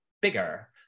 bigger